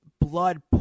blood